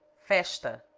festa